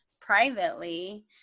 privately